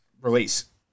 Release